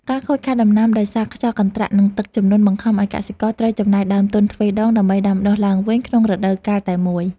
ការខូចខាតដំណាំដោយសារខ្យល់កន្ត្រាក់និងទឹកជំនន់បង្ខំឱ្យកសិករត្រូវចំណាយដើមទុនទ្វេដង ដើម្បីដាំដុះឡើងវិញក្នុងរដូវកាលតែមួយ។